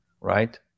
right